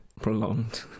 prolonged